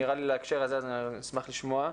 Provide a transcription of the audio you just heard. ונראה לי שזה להקשר הזה, אז אשמח לשמוע.